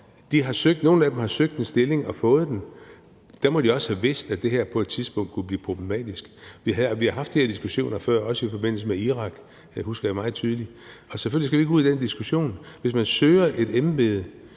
nogle af dem har søgt en stilling og fået den, og der må de også have vidst, at det her på et tidspunkt kunne blive problematisk. Vi har haft de her diskussioner før, også i forbindelse med Irak – det husker jeg meget tydeligt – og selvfølgelig skal vi ikke ud i den diskussion igen. Hvis de søger et embede